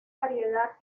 variedad